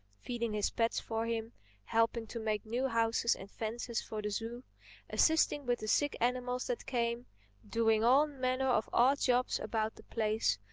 feeding his pets for him helping to make new houses and fences for the zoo assisting with the sick animals that came doing all manner of odd jobs about the place.